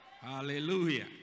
hallelujah